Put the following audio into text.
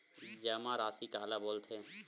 जमा राशि काला बोलथे?